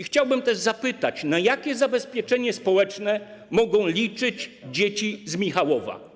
Chciałbym też zapytać, na jakie zabezpieczenie społeczne mogą liczyć dzieci z Michałowa.